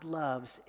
loves